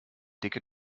dicke